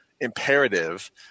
imperative